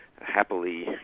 happily